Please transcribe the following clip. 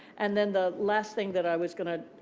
and then the last thing that i was going to